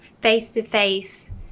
face-to-face